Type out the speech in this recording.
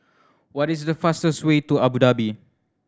what is the fastest way to Abu Dhabi